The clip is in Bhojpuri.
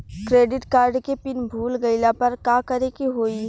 क्रेडिट कार्ड के पिन भूल गईला पर का करे के होई?